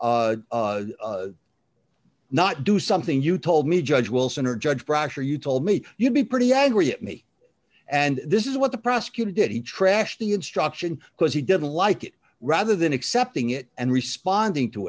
not do something you told me judge wilson or judge brasher you told me you'd be pretty angry at me and this is what the prosecutor did he trashed the instruction because he didn't like it rather than accepting it and responding to